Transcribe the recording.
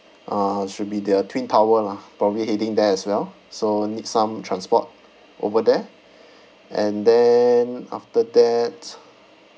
uh should be their twin tower lah probably heading there as well so need some transport over there and then after that